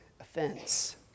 offense